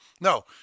No